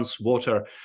water